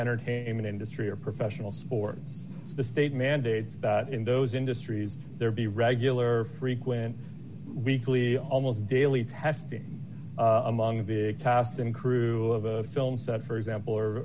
entertainment industry or professional sports the state mandates that in those industries there be regular frequent weekly almost daily testing of among the cast and crew of a film set for example or